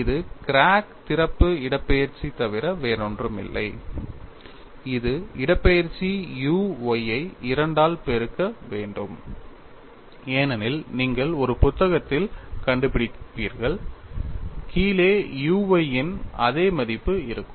இது கிராக் திறப்பு இடப்பெயர்ச்சி தவிர வேறொன்றுமில்லை இது இடப்பெயர்ச்சி u y ஐ 2 ஆல் பெருக்க வேண்டும் ஏனெனில் நீங்கள் ஒரு பக்கத்தில் கண்டுபிடிப்பீர்கள் கீழே u y இன் அதே மதிப்பு இருக்கும்